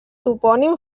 topònim